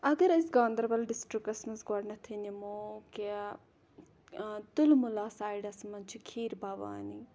اَگَر أسۍ گاندَربَل ڈِسٹرکَس مَنٛز گۄڈنٮ۪تھٕے نِمو کیاہ تُلمُلہ سایڈَس مَنٛز چھِ کھیٖر بَوانی